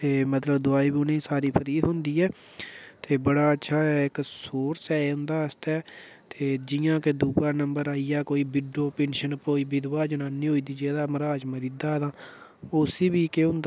ते मतलब दोआई बी उ'नेंगी सारी फ्री थ्होंदी ऐ ते बड़ा अच्छा इक सोर्स ऐ इं'दे आस्तै ते जि'यां के दुए नम्बर आई गेआ कोई विडो पेन्शन कोई बिधवा जनानी होई दी जेह्दा मह्राज मरी दा तां ओह् उसी बी केह् होंदा के